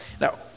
Now